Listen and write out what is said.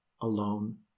alone